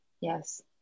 yes